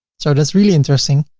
so that's really interesting.